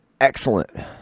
excellent